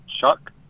Chuck